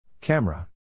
Camera